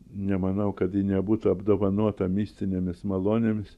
nemanau kad ji nebūtų apdovanota mistinėmis malonėmis